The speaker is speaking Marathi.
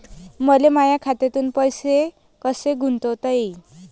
मले माया खात्यातून पैसे कसे गुंतवता येईन?